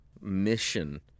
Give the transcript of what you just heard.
mission